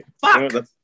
Fuck